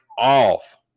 off